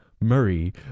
Murray